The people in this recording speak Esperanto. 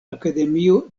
akademio